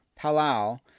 Palau